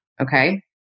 Okay